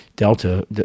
delta